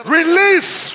Release